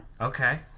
Okay